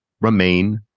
remain